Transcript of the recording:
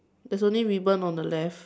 there's only ribbon on the left